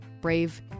brave